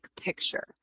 picture